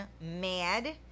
mad